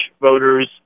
voters